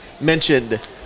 mentioned